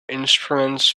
instruments